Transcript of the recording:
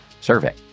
survey